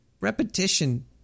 repetition